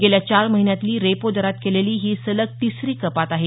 गेल्या चार महिन्यातली रेपो दरात केलेली ही सलग तिसरी कपात आहे